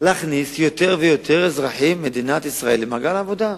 להכניס יותר ויותר אזרחים במדינת ישראל למעגל העבודה.